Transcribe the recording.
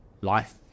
Life